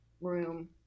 room